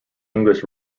english